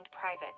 private